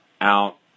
out